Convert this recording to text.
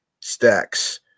Stacks